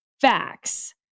facts